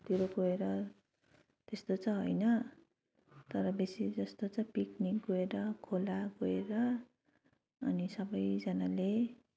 तिर गएर त्यस्तो चाहिँ होइन तर बेसी जस्तो चाहिँ पिकनिक गएर खोला गएर अनि सबैजनाले